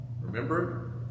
remember